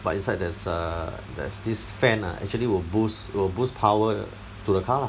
but inside there's a there's this fan ah actually will boost will boost power to the car lah